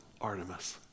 Artemis